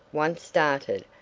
once started,